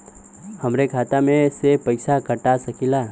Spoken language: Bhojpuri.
हमरे खाता में से पैसा कटा सकी ला?